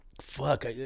fuck